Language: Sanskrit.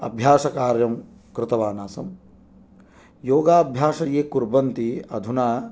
अभ्यासकार्यं कृतवान् आसम् योगाभ्यासं ये कुर्वन्ति अधुना